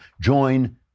Join